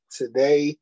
today